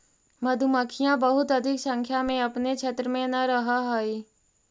मधुमक्खियां बहुत अधिक संख्या में अपने क्षेत्र में न रहअ हई